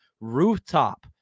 Rooftop